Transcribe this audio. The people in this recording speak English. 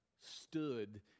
stood